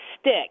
stick